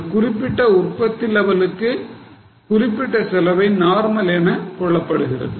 ஒரு குறிப்பிட்ட உற்பத்தி லெவலுக்கு குறிப்பிட்ட செலவை நார்மல் என கொள்ளப்படுகிறது